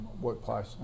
workplace